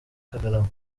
kagarama